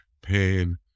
pain